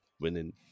winning